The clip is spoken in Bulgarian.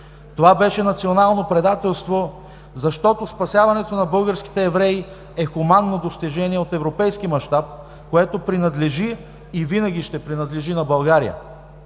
Това беше национално предателство, защото спасяването на българските евреи е хуманно достижение от европейски мащаб, което принадлежи и винаги ще принадлежи на България!